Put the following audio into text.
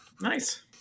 nice